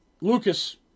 Lucas